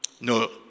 No